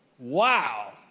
Wow